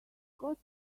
got